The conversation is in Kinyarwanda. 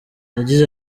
yagize